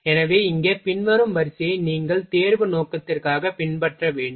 எனவே இங்கே பின்வரும் வரிசையை நீங்கள் தேர்வு நோக்கத்திற்காக பின்பற்ற வேண்டும்